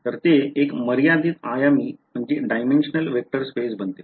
तर ते एक मर्यादित आयामी वेक्टर स्पेस बनते